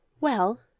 Well